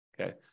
Okay